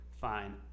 fine